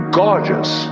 gorgeous